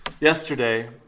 Yesterday